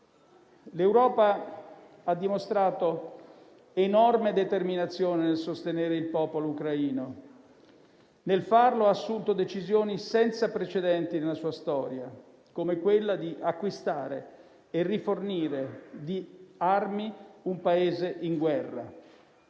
L'Europa ha dimostrato enorme determinazione nel sostenere il popolo ucraino, e nel farlo ha assunto decisioni senza precedenti nella sua storia, come quella di acquistare e rifornire di armi un Paese in guerra.